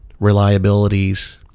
reliabilities